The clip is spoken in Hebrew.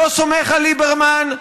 לא סומך על ליברמן,